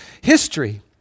history